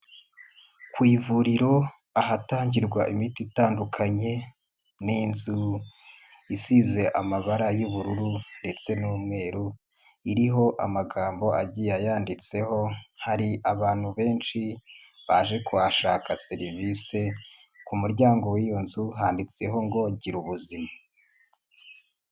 Ku ivuriro ahatangirwa imiti itandukanye, ni inzu isize amabara y'ubururu ndetse n'umweru, iriho amagambo agiye ayanditseho, hari abantu benshi baje kuhashaka serivisi, ku muryango w'iyo nzu handitseho ngo girubuzima.